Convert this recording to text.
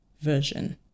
version